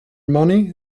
money